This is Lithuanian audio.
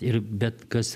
ir bet kas